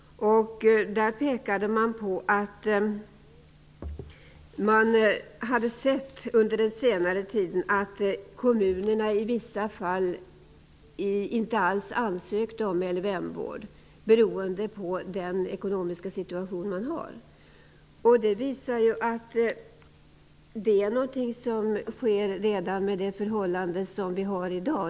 Där pekade man på att man under den senare tiden hade sett att kommunerna i vissa fall inte alls ansökte om LVM vård beroende på den ekonomiska situationen. Detta visar att det är något som sker redan med de förhållanden som råder i dag.